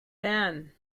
van